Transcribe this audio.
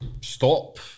stop